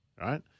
right